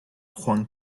juan